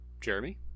Jeremy